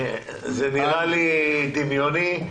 זה נראה לי דמיוני.